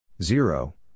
zero